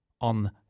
on